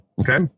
Okay